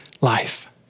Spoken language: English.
life